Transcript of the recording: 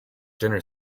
dinner